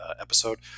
episode